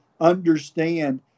understand